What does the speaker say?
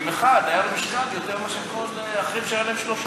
שעם אחד היה לו יותר משקל מאשר לכל האחרים שהיו להם שלושה.